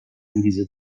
انگیزه